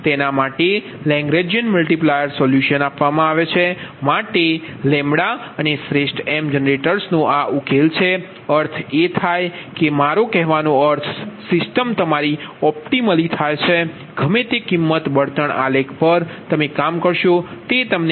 તેના માટે Lagrange multiplier solution આપવા આવે છે માટે અને શ્રેષ્ઠ m જનરેટર્સનો અર્થ એ થાય કે મારો કહેવાનો અર્થ સિસ્ટમ તમારી ઑપ્ટિમલી ગમે તે કિંમત બળતણ આલેખ પર કામ કરશે